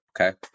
okay